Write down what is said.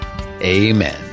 Amen